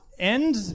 End